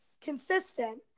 consistent